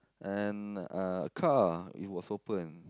and a car it was open